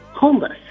homeless